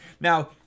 Now